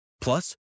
Plus